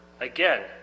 Again